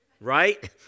Right